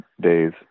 days